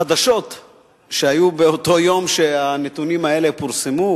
החדשות שהיו באותו יום שהנתונים האלה פורסמו,